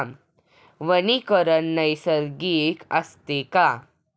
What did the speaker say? वनीकरण नैसर्गिक असते का?